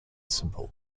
simple